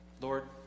Lord